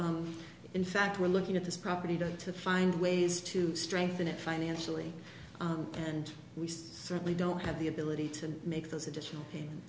in fact we're looking at this property to to find ways to strengthen it financially and we certainly don't have the ability to make those additional